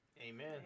Amen